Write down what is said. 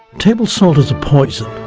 table salt is a poison.